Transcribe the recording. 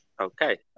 Okay